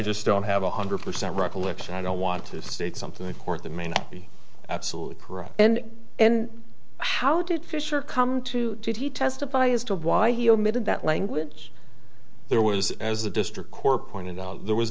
just don't have a hundred percent recollection i don't want to state something that court that may not be absolutely correct and how did fisher come to did he testify as to why he omitted that language there was as a district core point in the was